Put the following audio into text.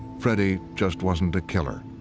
freddy just wasn't a killer.